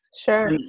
Sure